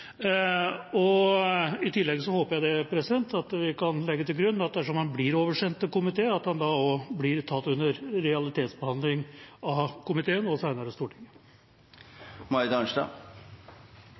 det. I tillegg håper jeg at vi kan legge til grunn at dersom det blir oversendt til komité, vil det bli tatt under realitetsbehandling av komiteen og senere Stortinget.